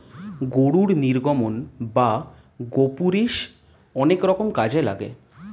গরুর নির্গমন বা গোপুরীষ অনেক রকম কাজে লাগে